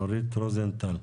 נורית רוזנטל.